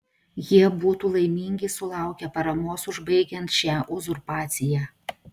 jie būtų laimingi sulaukę paramos užbaigiant šią uzurpaciją